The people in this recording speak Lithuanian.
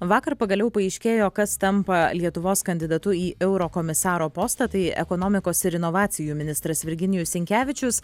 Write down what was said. vakar pagaliau paaiškėjo kas tampa lietuvos kandidatu į eurokomisaro postą tai ekonomikos ir inovacijų ministras virginijus sinkevičius